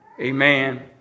amen